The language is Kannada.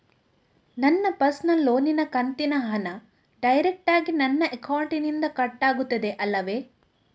ನನ್ನ ಪರ್ಸನಲ್ ಲೋನಿನ ಕಂತಿನ ಹಣ ಡೈರೆಕ್ಟಾಗಿ ನನ್ನ ಅಕೌಂಟಿನಿಂದ ಕಟ್ಟಾಗುತ್ತದೆ ಅಲ್ಲವೆ?